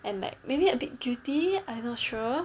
and like maybe a bit guilty I'm not sure